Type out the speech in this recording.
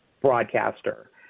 broadcaster